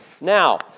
Now